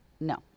No